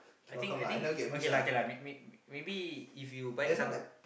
I think I think okay lah k lah may may maybe if you buy some